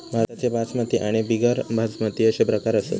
भाताचे बासमती आणि बिगर बासमती अशे प्रकार असत